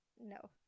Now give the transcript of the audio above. no